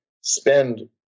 spend